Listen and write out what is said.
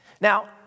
Now